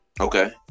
Okay